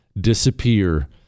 disappear